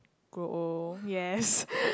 grow old yes